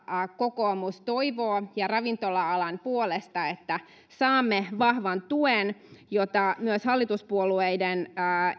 kokoomus toivoo ravintola alan puolesta että saamme vahvan tuen mitä myös hallituspuolueiden